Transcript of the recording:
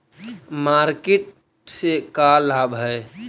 Market से का लाभ है?